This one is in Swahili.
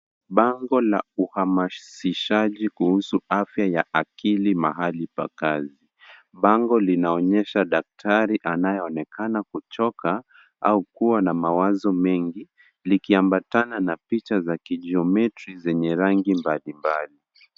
Bango la uhamasishaji kihusu afya ya akili mahali pa kazi. Bango linaonyesha daktari anayeonekana, kuchoka au kuwa na mawazo mengi, likiambatana na picha za kigiometri zenye rangi mbalimbali.